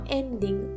ending